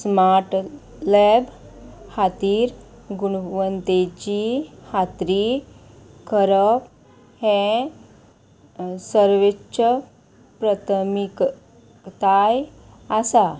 smart lab खातीर गुणवंतेची खात्री करप हें सर्वेच्छ प्रथमिकताय आसा